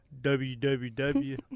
www